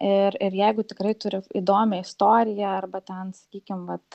ir ir jeigu tikrai turi įdomią istoriją arba ten sakykim vat